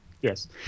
Yes